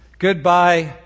Goodbye